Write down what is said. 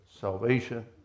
salvation